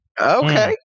Okay